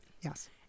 Yes